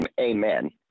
amen